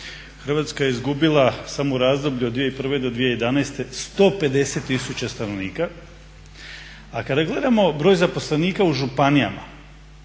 Hrvatska je izgubila samo u razdoblju od 2001.do 2011. 150 tisuća stanovnika, a kada gledamo broj zaposlenika u županijama